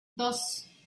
dos